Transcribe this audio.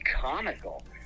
comical